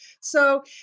So-